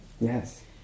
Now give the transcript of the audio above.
Yes